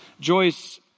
Joyce